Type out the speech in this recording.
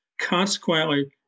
Consequently